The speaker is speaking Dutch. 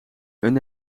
een